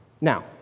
Now